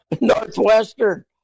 Northwestern